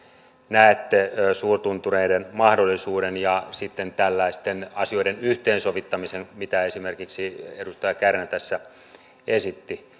näette suurtuntureiden mahdollisuuden ja sitten tällaisten asioiden yhteensovittamisen mitä esimerkiksi edustaja kärnä tässä esitti